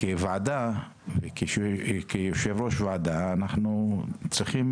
שכוועדה וכיושב ראש ועדה, אנחנו צריכים